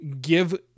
give